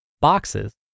boxes